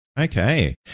Okay